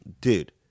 dude